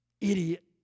idiot